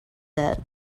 that